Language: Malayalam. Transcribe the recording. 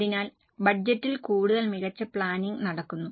അതിനാൽ ബജറ്റിൽ കൂടുതൽ മികച്ച പ്ലാനിംഗ് നടക്കുന്നു